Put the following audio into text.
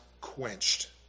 quenched